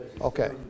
Okay